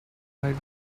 might